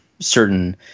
Certain